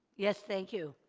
yes, thank you.